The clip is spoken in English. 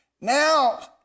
now